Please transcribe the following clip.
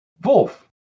Wolf